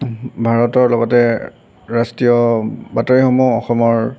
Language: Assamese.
ভাৰতৰ লগতে ৰাষ্ট্ৰীয় বাতৰিসমূহ অসমৰ